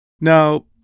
Now